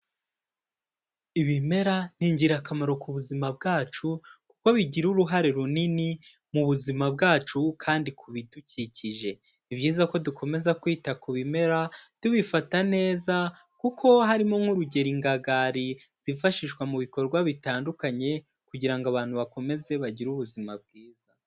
Ibimera n'ingirakamaro ku buzima bwacu kuko bigira uruhare runini mu buzima bwacu kandi ku bidukikije, ni byiza ko dukomeza kwita ku bimera tubifata neza kuko harimo nk'urugero ingagari zifashishwa mu bikorwa bitandukanye kugira ngo abantu bakomeze bagire ubuzima bwiza.